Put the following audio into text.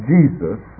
Jesus